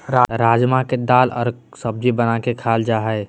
राजमा के दाल और सब्जी बना के खाल जा हइ